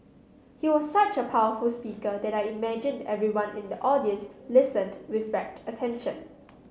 he was such a powerful speaker that I imagined everyone in the audience listened with rapt attention